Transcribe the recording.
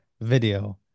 video